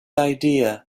idea